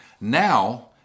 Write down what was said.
Now